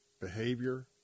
behavior